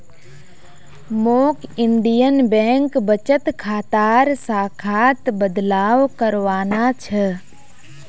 मौक Indian bank बचत खातार शाखात बदलाव करवाना छ